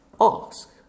ask